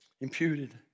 imputed